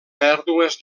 pèrdues